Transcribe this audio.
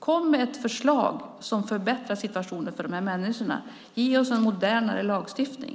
Kom med ett förslag som förbättrar situationen för dessa människor. Ge oss en modernare lagstiftning.